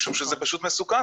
משום שזה פשוט מסוכן,